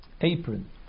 apron